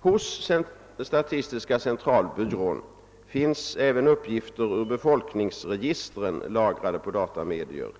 Hos statistiska centralbyrån finns även uppgifter ur befolkningsregistren lagrade på datamedier.